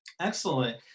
Excellent